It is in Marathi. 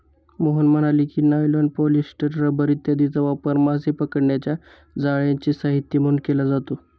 मोहन म्हणाले की, नायलॉन, पॉलिस्टर, रबर इत्यादींचा वापर मासे पकडण्याच्या जाळ्यांचे साहित्य म्हणून केला जातो